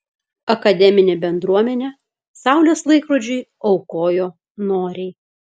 akademinė bendruomenė saulės laikrodžiui aukojo noriai